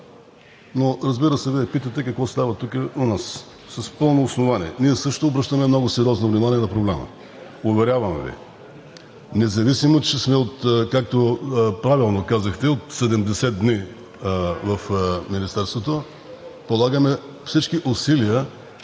с пълно основание какво става тук у нас. Ние също обръщаме много сериозно внимание на проблема. Уверявам Ви. Независимо че сме, както правилно казахте, от 70 дни в Министерството, полагаме всички усилия,